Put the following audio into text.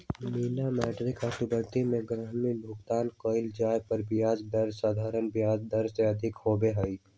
money market account में ग्राहकवन के भुगतान कइल जाये पर ब्याज दर साधारण ब्याज दर से अधिक होबा हई